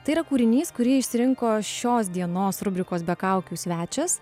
tai yra kūrinys kurį išsirinko šios dienos rubrikos be kaukių svečias